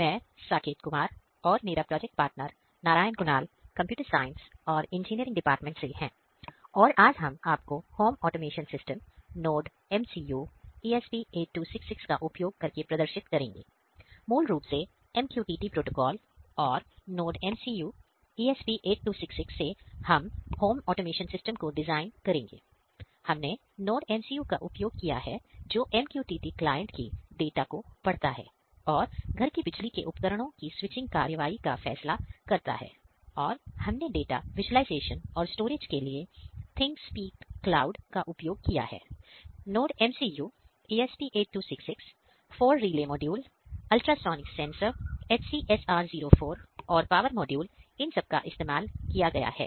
मैं साकेत कुमार और मेरा project partner Narayan Kunal computer science और इंजीनियरिंग डिपार्टमेंट से हैं और आज हम आपको होम ऑटोमेशन इन सब का इस्तेमाल किया गया है